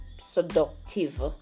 seductive